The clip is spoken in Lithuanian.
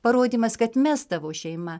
parodymas kad mes tavo šeima